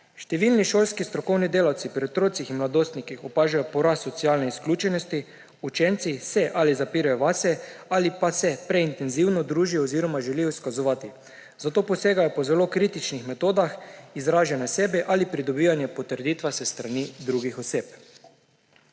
Številni šolski strokovni delavci pri otrocih in mladostnikih opažajo porast socialne izključenosti, učenci se ali zapirajo vase ali pa se preintenzivno družijo oziroma želijo izkazovati. Zato posegajo po zelo kritičnih metodah izražanja sebe ali pridobivanja potrditev s strani drugih oseb.